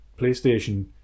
PlayStation